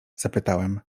zapytałem